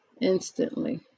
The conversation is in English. instantly